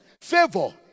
Favor